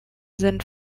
sind